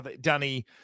Danny